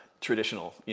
traditional